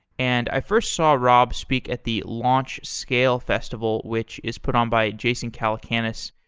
and i first saw rob speak at the launch scale festival, which is put on by jason calacanis.